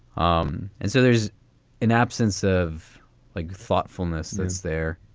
um and so there's an absence of like thoughtfulness, is there?